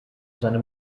seine